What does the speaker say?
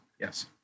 Yes